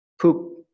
poop